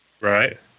Right